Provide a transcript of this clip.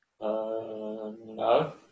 No